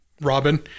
Robin